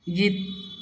गीत